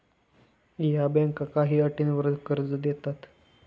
या बँका काही अटींवर कर्ज देतात